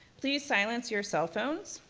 please silence your cell phones.